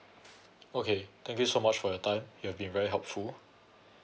okay thank you so much for your time you've been very helpful